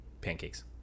pancakes